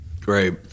Great